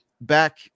back